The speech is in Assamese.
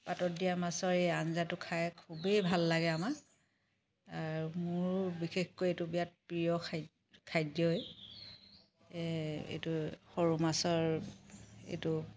পাতত দিয়া মাছৰ এই আঞ্জাটো খাই খুবেই ভাল লাগে আমাৰ মোৰো বিশেষকৈ এইটো বিৰাট প্ৰিয় খা খাদ্যই এইটো সৰু মাছৰ এইটো